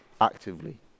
actively